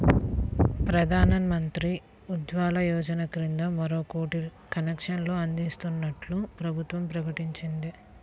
ప్రధాన్ మంత్రి ఉజ్వల యోజన కింద మరో కోటి కనెక్షన్లు అందించనున్నట్లు ప్రభుత్వం ప్రకటించింది